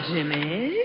Jimmy